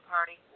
Party